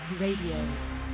Radio